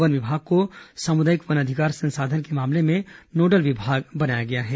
one विभाग को सामुदायिक वन अधिकार संसाधन के मामलों के लिए नोडल विभाग बनाया गया है